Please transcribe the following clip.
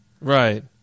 Right